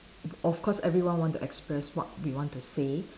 of course everyone want to express what we want to say